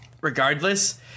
regardless